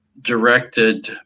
directed